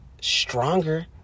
stronger